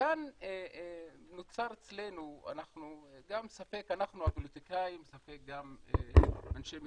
כאן נוצר אצלנו, גם הפוליטיקאים וגם אנשי המקצוע,